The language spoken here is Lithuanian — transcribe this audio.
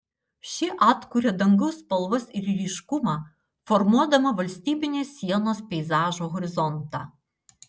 ši atkuria dangaus spalvas ir ryškumą formuodama valstybinės sienos peizažo horizontą